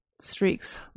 streaks